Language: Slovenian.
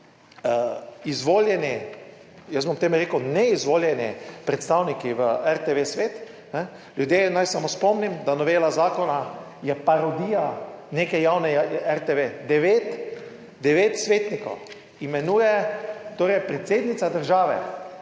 izvoljeni, jaz bom temu rekel, neizvoljeni predstavniki v RTV svet. Ljudje naj samo spomnim, da novela zakona je parodija neke javne RTV. Devet, devet svetnikov imenuje torej predsednica države,